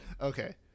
Okay